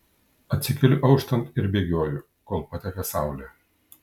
atsikeliu auštant ir bėgioju kol pateka saulė